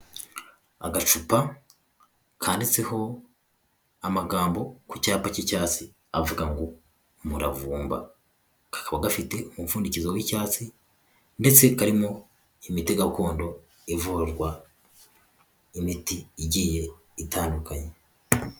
Agacupa kanditseho amagambo ku cyapa cy'icyatsi avuga ngo umuravumbaba, kakaba gafite umupfundikizo w'icyatsi ndetse karimo imite gakondo ivurwa, imiti igiye itandukanye.